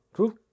True